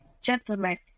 Gentlemen